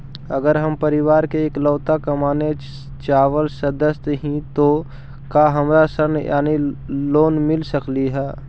अगर हम परिवार के इकलौता कमाने चावल सदस्य ही तो का हमरा ऋण यानी लोन मिल सक हई?